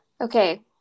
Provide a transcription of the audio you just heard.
Okay